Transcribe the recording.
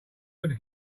could